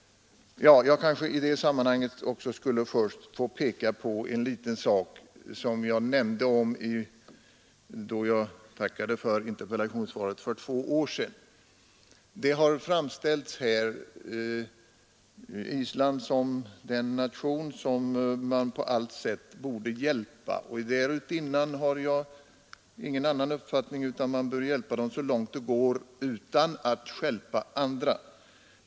Jag kan i det sammanhanget också peka på en liten sak som jag nämnde då jag tackade för interpellationssvaret för två år sedan. Island har framställts som den nation som man på allt sätt bör hjälpa. Därutinnan har jag heller ingen annan uppfattning än att vi bör hjälpa Island så långt det går, utan att stjälpa för andra.